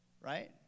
right